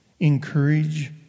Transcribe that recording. encourage